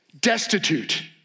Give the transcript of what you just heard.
destitute